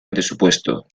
presupuesto